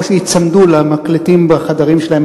או שייצמדו למקלטים בחדרים שלהם,